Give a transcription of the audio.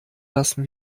lassen